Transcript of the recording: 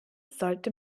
sollte